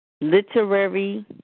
literary